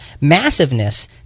massiveness